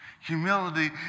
Humility